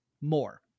more